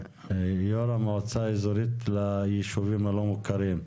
יו"ר המועצה האזורית ליישובים הלא מוכרים.